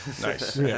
Nice